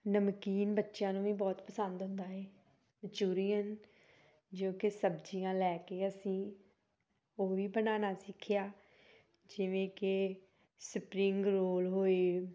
ਨਮਕੀਨ ਬੱਚਿਆਂ ਨੂੰ ਵੀ ਬਹੁਤ ਪਸੰਦ ਹੁੰਦਾ ਹੈ ਮਨਚੁਰੀਅਨ ਜੋ ਕਿ ਸਬਜ਼ੀਆਂ ਲੈ ਕੇ ਅਸੀਂ ਉਹ ਵੀ ਬਣਾਉਣਾ ਸਿੱਖਿਆ ਜਿਵੇਂ ਕਿ ਸਪਰਿੰਗ ਰੋਲ ਹੋਏ